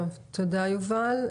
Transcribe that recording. תודה יובל.